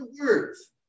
words